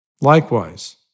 Likewise